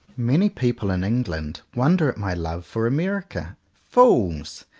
many people in england wonder at my love for america. fools!